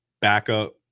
Backup